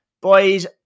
Boys